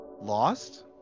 Lost